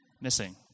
missing